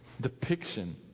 depiction